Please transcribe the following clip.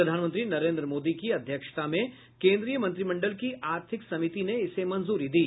प्रधानमंत्री नरेन्द्र मोदी की अध्यक्षता में केन्द्रीय मंत्रिमंडल की आर्थिक समिति ने इसे मंजूरी दी